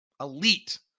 Elite